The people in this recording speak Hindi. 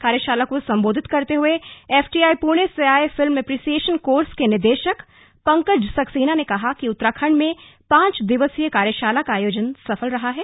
कार्यशाला को सम्बोधित करते हुए एफटीआई पुणे से आये फिल्म एप्रिसियेशन कोर्स के निदेशक पंकज सक्सेना ने कहा कि उत्तराखण्ड में पांच दिवसीय कार्यशाला का आयोजन सफल रहा है